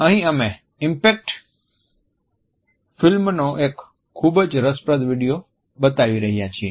અહીં અમે 'ઇમ્પેક્ટ' ફિલ્મનો એક ખૂબ જ રસપ્રદ વિડિયો બતાવી રહ્યા છીએ